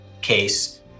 case